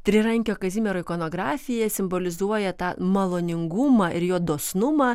trirankio kazimiero ikonografija simbolizuoja tą maloningumą ir jo dosnumą